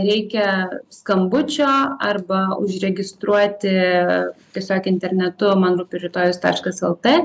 reikia skambučio arba užregistruoti tiesiog internetu man rūpi rytojus taškas el t